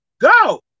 go